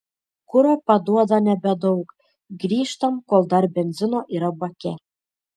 kuro paduoda nebedaug grįžtam kol dar benzino yra bake